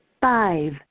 Five